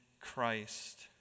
Christ